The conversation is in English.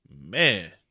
Man